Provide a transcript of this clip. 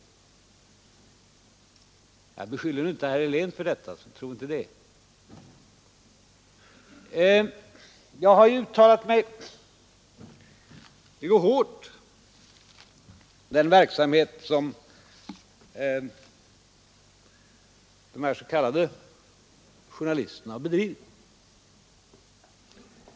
— Tro nu inte att jag beskyller herr Helén för detta — det gör jag inte. Jag har uttalat mig mycket hårt om den verksamhet som de s.k. journalisterna har bedrivit.